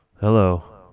Hello